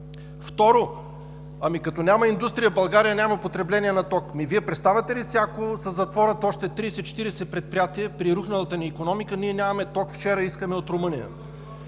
Второ, като няма индустрия, България няма потребление на ток?! Представяте ли си, ако се затворят още 30 – 40 предприятия, при рухналата ни икономика, ние нямаме ток – вчера искаме от Румъния.